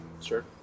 Sure